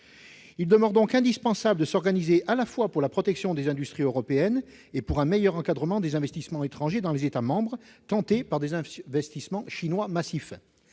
Il demeure donc indispensable de s'organiser, à la fois pour la protection des industries européennes et pour un meilleur encadrement des investissements étrangers dans les États membres tentés par des investissements chinois massifs.